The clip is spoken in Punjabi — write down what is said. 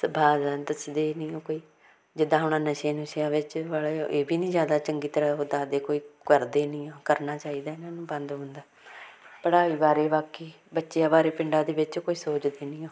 ਸਧਾਰਨ ਦੱਸਦੇ ਨਹੀਂ ਉਹ ਕੋਈ ਜਿੱਦਾਂ ਹੁਣ ਆਹ ਨਸ਼ੇ ਨੁਸ਼ਿਆ ਵੇਚਣ ਵਾਲੇ ਇਹ ਵੀ ਨਹੀਂ ਜ਼ਿਆਦਾ ਚੰਗੀ ਤਰ੍ਹਾਂ ਉਹ ਦੱਸਦੇ ਕੋਈ ਕਰਦੇ ਨਹੀਂ ਕਰਨਾ ਚਾਹੀਦਾ ਇਹਨਾਂ ਨੂੰ ਬੰਦ ਬੁੰਦ ਪੜ੍ਹਾਈ ਬਾਰੇ ਬਾਕੀ ਬੱਚਿਆਂ ਬਾਰੇ ਪਿੰਡਾਂ ਦੇ ਵਿੱਚ ਕੋਈ ਸੋਚਦੇ ਨਹੀਂ ਆ